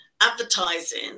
advertising